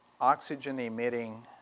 oxygen-emitting